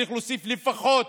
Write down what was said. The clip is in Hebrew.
צריך להוסיף לפחות